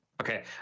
Okay